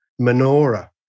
Menorah